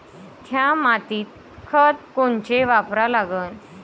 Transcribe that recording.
थ्या मातीत खतं कोनचे वापरा लागन?